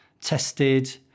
tested